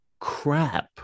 crap